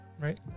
right